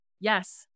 yes